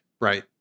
right